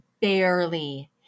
barely